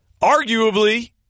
arguably